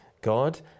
God